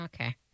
Okay